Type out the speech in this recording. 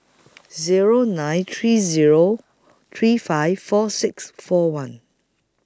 Zero nine three Zero three five four six four one